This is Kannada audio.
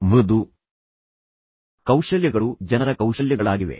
ನಾನು ಹೇಳಿದಂತೆ ಮೃದು ಕೌಶಲ್ಯಗಳು ಜನರ ಕೌಶಲ್ಯಗಳಾಗಿವೆ